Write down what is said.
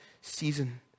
season